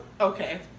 Okay